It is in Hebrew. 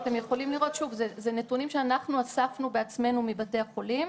אתם יכולים לראות שוב נתונים שאנחנו אספנו בעצמנו מבתי החולים.